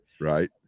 right